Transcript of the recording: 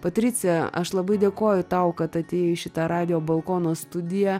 patricija aš labai dėkoju tau kad atėjai į šitą radijo balkono studiją